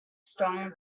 strong